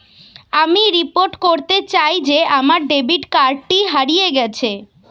আমি রিপোর্ট করতে চাই যে আমার ডেবিট কার্ডটি হারিয়ে গেছে